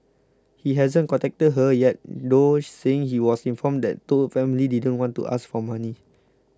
he hasn't contacted her yet though saying he was informed that Toh's family didn't want to ask for money